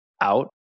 out